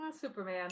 Superman